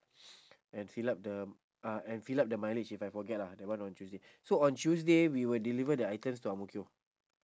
and fill up the uh and fill up the mileage if I forget lah that one on tuesday so on tuesday we will deliver the items to ang mo kio